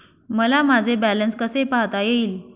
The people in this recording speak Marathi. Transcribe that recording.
मला माझे बॅलन्स कसे पाहता येईल?